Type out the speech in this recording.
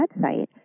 website